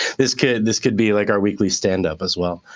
this could this could be like our weekly stand-up as well.